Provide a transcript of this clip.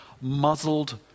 muzzled